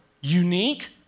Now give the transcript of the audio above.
unique